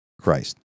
christ